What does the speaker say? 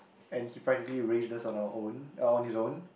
and he practically raised us on our own or on his own